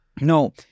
No